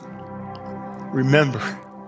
remember